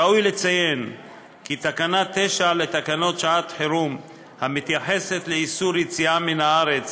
ראוי לציין כי תקנה 9 לתקנות שעות חירום המתייחסת לאיסור יציאה מן הארץ